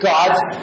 God's